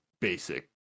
basic